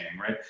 right